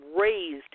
raised